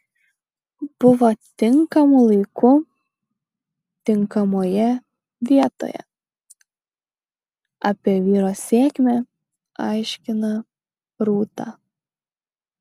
buvo tinkamu laiku tinkamoje vietoje apie vyro sėkmę aiškina rūta